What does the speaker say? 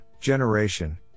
generation